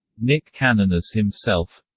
nick cannon as himself